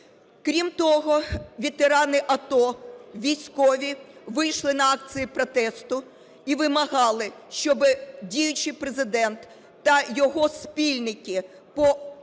Крім того, ветерани АТО, військові вийшли на акції протесту і вимагали, щоби діючий Президент та його спільники по